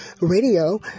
Radio